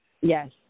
Yes